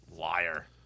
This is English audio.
Liar